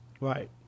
Right